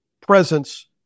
presence